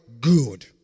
good